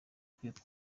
kwitwa